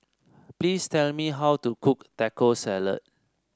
please tell me how to cook Taco Salad